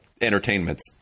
entertainments